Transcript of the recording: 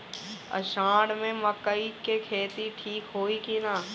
अषाढ़ मे मकई के खेती ठीक होई कि ना?